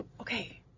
Okay